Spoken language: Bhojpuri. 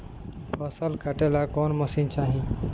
फसल काटेला कौन मशीन चाही?